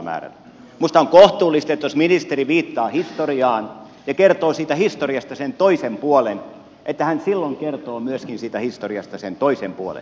minusta on kohtuullista että jos ministeri viittaa historiaan ja kertoo siitä historiasta sen toisen puolen hän silloin kertoo siitä historiasta myöskin sen toisen puolen